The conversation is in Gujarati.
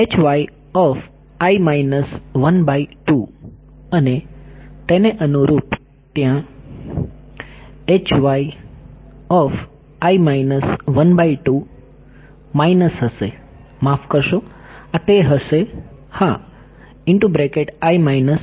તેથી અને તેને અનુરૂપ ત્યાં માઇનસ હશે માફ કરશો આ તે હશે હા આ પણ હશે